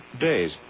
days